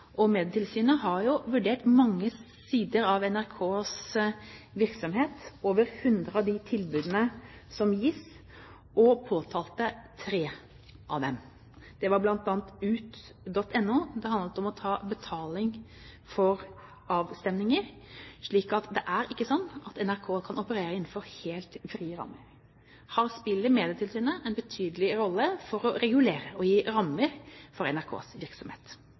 og Medietilsynet har jo vurdert mange sider av NRKs virksomhet, over 100 av de tilbudene som gis, og påtalt tre av dem. Det var bl.a. UT.no. Det handlet om å ta betaling for avstemninger. Så det er ikke slik at NRK kan operere innenfor helt frie rammer. Her spiller Medietilsynet en betydelig rolle for å regulere og gi rammer for NRKs virksomhet.